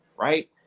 right